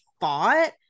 fought